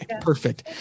Perfect